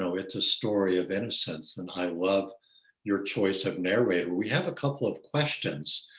so it's a story of innocence than i love your choice of narrator. we have a couple of questions,